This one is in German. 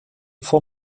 von